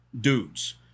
dudes